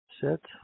sit